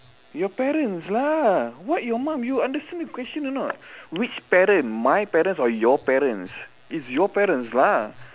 your parents lah what your mum you understand the question or not which parent my parents or your parents it's your parents lah